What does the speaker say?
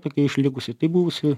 tokia išlikusi tai buvusi